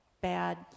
bad